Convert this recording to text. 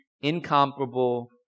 incomparable